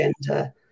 gender